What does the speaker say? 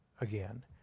again